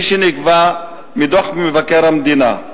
ובשיקום שלו, כפי שנקבע בדוח מבקר המדינה,